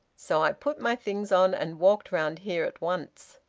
so i put my things on and walked round here at once.